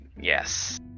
yes